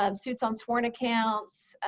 um suits on sworn accounts,